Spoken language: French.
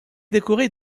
décorée